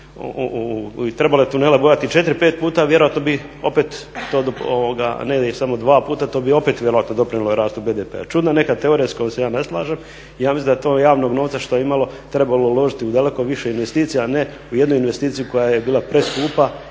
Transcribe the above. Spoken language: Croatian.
trebalo je tunele bojati 4, 5 puta a ne samo 2 puta i vjerojatno bi opet to doprinijelo rastu BDP-a. Čudna neka teorija s kojom se ja ne slažem, ja mislim da to javnog novca što je bilo trebalo je uložiti u daleko više investicija, a ne u jednu investiciju koja je bila preskupa